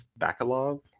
Bakalov